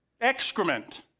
excrement